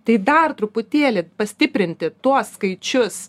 tai dar truputėlį pastiprinti tuos skaičius